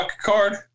card